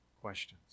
questions